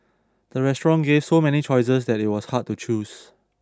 the restaurant gave so many choices that it was hard to choose